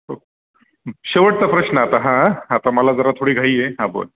हो शेवटचा प्रश्न आता हां आता मला जरा थोडी घाई आहे हां बोल